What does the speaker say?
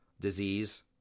disease